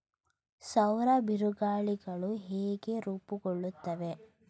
ಸೌರ ಬಿರುಗಾಳಿಗಳು ಹೇಗೆ ರೂಪುಗೊಳ್ಳುತ್ತವೆ?